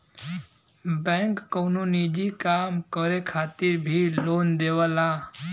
bank कउनो निजी काम करे खातिर भी लोन देवला